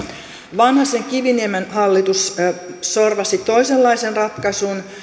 vanhasen kiviniemen hallitus sorvasi toisenlaisen ratkaisun